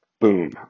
Boom